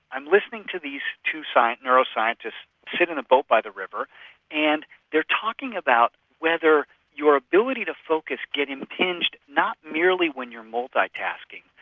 i'm listening to these two neuro-scientists sitting in a boat by the river and they're talking about whether your ability to focus gets impinged not merely when you're multi-tasking,